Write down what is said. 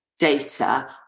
Data